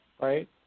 right